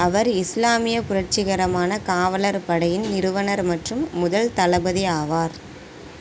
அவர் இஸ்லாமிய புரட்சிகரமான காவலர் படையின் நிறுவனர் மற்றும் முதல் தளபதி ஆவார்